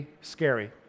scary